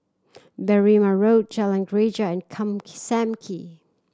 Berrima Road Jalan Greja and calm key Sam Kee